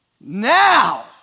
Now